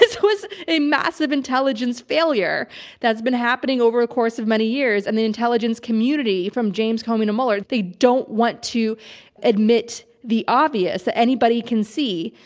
this was a massive intelligence failure that's been happening over the course of many years and the intelligence community, from james comey to mueller, they don't want to admit the obvious that anybody can see.